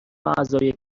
اعضای